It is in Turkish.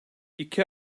i̇ki